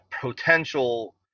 potential